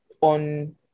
on